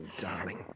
darling